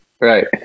Right